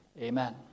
Amen